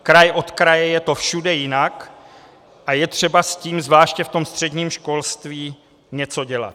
Kraj od kraje je to všude jinak a je třeba s tím zvláště v tom středním školství něco dělat.